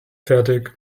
fertig